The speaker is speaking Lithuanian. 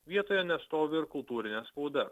vietoje nestovi ir kultūrinė spauda